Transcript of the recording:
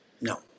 No